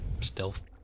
stealth